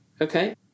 okay